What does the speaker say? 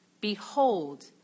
Behold